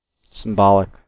Symbolic